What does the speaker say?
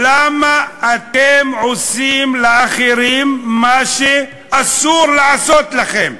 למה אתם עושים לאחרים מה שאסור לעשות לכם,